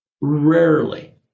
rarely